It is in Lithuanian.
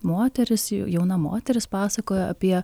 moteris jauna moteris pasakojo apie